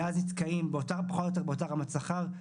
ואז נתקעים באותה רמת שכר פחות או יותר,